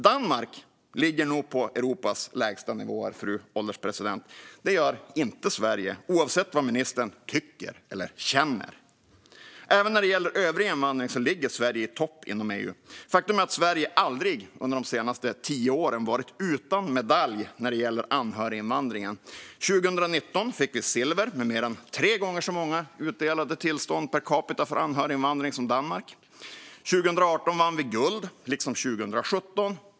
Danmark ligger nog på Europas lägstanivåer, fru ålderspresident. Det gör inte Sverige, oavsett vad ministern tycker eller känner. Även när det gäller övrig invandring ligger Sverige i topp inom EU. Faktum är att Sverige aldrig under de senaste tio åren har varit utan medalj när det gäller anhöriginvandringen. År 2019 fick vi silver, med mer än tre gånger så många utdelade tillstånd per capita för anhöriginvandring som Danmark. År 2018 vann vi guld, liksom 2017.